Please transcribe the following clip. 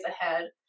ahead